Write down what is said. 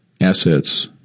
assets